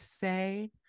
say